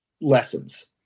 lessons